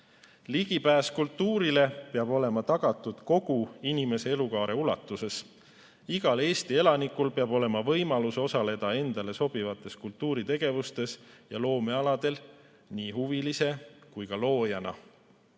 Ligipääs kultuurile peab olema tagatud kogu inimese elukaare ulatuses. Igal Eesti elanikul peab olema võimalus osaleda endale sobivates kultuuritegevustes ja loomealadel nii huvilise kui ka loojana.